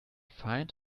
find